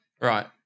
Right